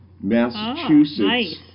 Massachusetts